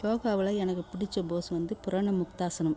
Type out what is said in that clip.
யோகாவில் எனக்கு பிடிச்ச போஸ் வந்து புரண முக்தாசனம்